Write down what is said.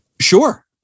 Sure